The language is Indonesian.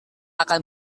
akan